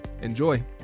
Enjoy